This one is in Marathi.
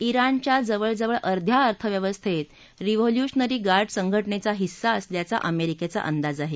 जिणच्या जवळ जवळ अध्या अर्थव्यवस्थेत रिव्होल्यूशनरी गार्ड संघटनेचा हिस्सा असल्याचा अमेरिकेचा अंदाज आहे